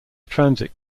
transit